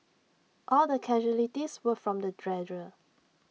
all the casualties were from the dredger